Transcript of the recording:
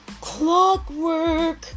clockwork